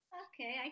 okay